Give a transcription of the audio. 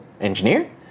Engineer